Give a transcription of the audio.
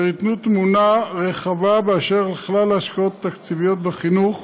אשר ייתנו תמונה רחבה של כלל ההשקעות התקציביות בחינוך.